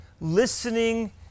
listening